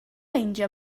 meindio